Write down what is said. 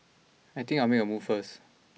I think I'll make a move first